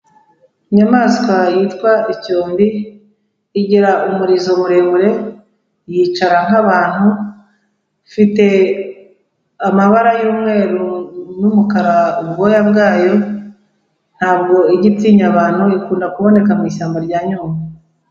Inyamaswa yitwa icyondi igira umurizo muremure, yicara nk'abantu, ifite amabara y'umweru n'umukara, ubwoya bwayo ntabwo igitinya abantu, ikunda kuboneka mu ishyamba rya Nyungwe.